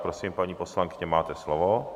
Prosím, paní poslankyně, máte slovo.